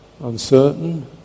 uncertain